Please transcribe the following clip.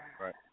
Right